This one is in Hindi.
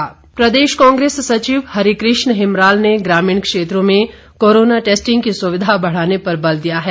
हिमराल प्रदेश कांग्रेस सचिव हरिकृष्ण हिमराल ने ग्रामीण क्षेत्रों में कोरोना टैस्टिंग की सुविधा बढ़ाने पर बल दिया है